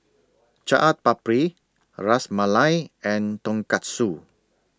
Chaat Papri Ras Malai and Tonkatsu